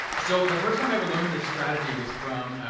so the first time i ever learned this strategy was from,